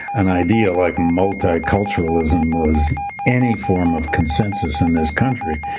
an idea like multiculturalism was any form of consensus in this country.